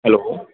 hello